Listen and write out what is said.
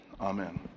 amen